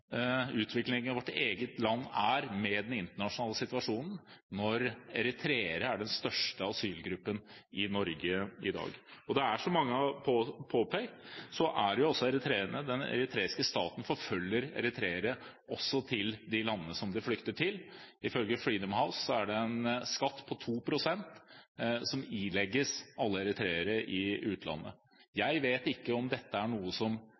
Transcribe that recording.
utviklingen i vårt eget land er knyttet til den internasjonale situasjonen når eritreere er den største asylgruppen i Norge i dag. Det er mange som har påpekt at den eritreiske staten forfølger eritreere også til de landene de flykter til. Ifølge Freedom House ilegges alle eritreere i utlandet en skatt på 2 pst. Jeg vet ikke om dette er noe den norske staten kan gjøre noe med, men det er klart at dette er